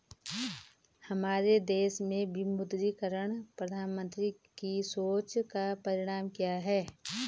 हमारे देश में विमुद्रीकरण प्रधानमन्त्री की सोच का परिणाम है